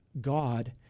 God